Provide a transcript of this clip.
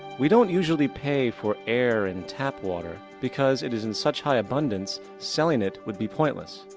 we don't usually pay for air and tap water, because it is in such high abundance, selling it would be pointless.